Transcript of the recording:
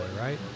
right